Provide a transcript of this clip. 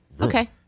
Okay